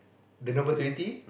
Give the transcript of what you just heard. the number twenty